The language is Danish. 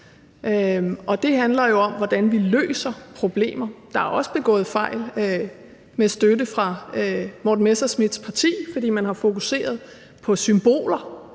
Det handler jo om, hvordan vi løser problemer. Der er også begået fejl med støtte fra Morten Messerschmidts parti, fordi man har fokuseret på symboler